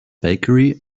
bakery